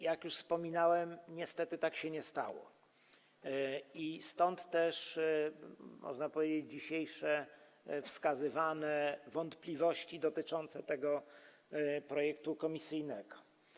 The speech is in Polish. Jak już wspominałem, niestety tak się nie stało i stąd też, można powiedzieć, dzisiejsze wskazywane wątpliwości dotyczące tego projektu komisyjnego.